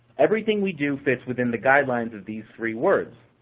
everything we do fits within the guidelines of these three words.